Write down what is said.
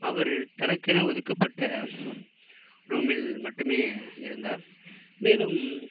அவர் தனக்கென ஒதுக்கப்பட்ட ரூமில் மட்டும் இருந்தார் மேலும்